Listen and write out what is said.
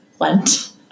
Lent